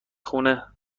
خونه